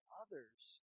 others